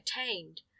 attained